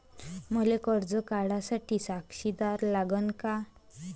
मले कर्ज काढा साठी साक्षीदार लागन का?